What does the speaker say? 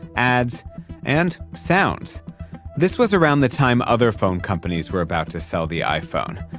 ads and sounds this was around the time other phone companies were about to sell the iphone.